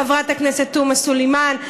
חברת הכנסת תומא סלימאן,